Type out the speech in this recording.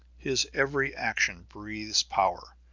his every action breathes power.